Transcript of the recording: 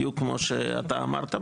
בדיוק כמו שאתה אמרת,